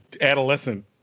adolescent